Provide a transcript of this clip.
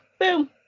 boom